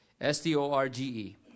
S-T-O-R-G-E